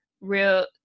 real